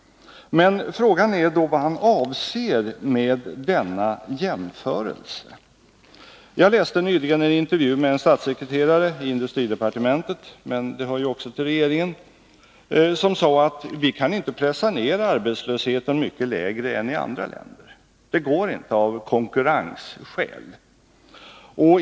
Men frågan är då vad han avser med denna jämförelse. Jag läste nyligen en intervju med en statssekreterare i industridepartementet — det hör ju också till regeringen — som sade att vi inte kan pressa ner arbetslösheten så att den blir mycket lägre än i andra länder. Det skulle inte gå ”av konkurrensskäl”.